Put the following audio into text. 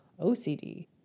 OCD